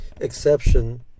exception